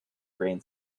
grain